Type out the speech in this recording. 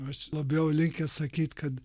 mes labiau linkę sakyt kad